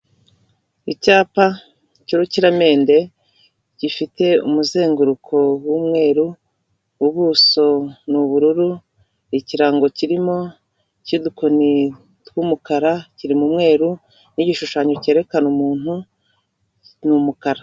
Icyapa cy'urukiramende gifite umuzenguruko w'umweruru, ubuso ni ubururu, ikirango kirimo cy'udukoni tw'umukara kiri mu mweru n'igishushanyo cyerekana umuntu ni umukara.